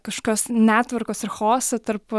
kažkokios netvarkos ir chaoso tarp